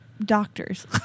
doctors